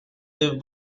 des